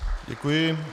Děkuji.